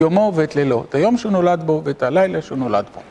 יומו ואת לילו, את היום שנולד בו ואת הלילה שנולד בו.